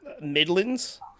Midlands